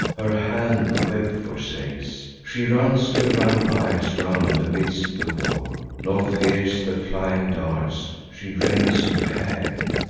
her hand the web forsakes. she runs the rampires round amidst the war, nor fears the flying darts she rends her hair,